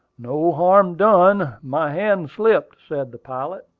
no harm done my hand slipped, said the pilot.